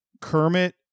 Kermit